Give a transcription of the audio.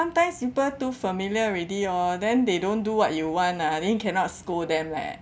sometimes people too familiar already orh then they don't do what you want ah then you cannot scold them leh